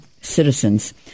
citizens